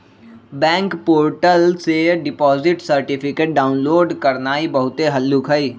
bank portal से deposit certificate download करनाइ बहुते हल्लुक हइ